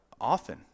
often